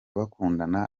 bakundana